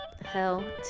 Hell